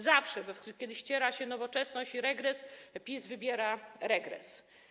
Zawsze kiedy ściera się nowoczesność i regres, PiS wybiera regres.